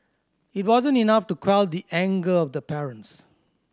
it wasn't enough to quell the anger of the parents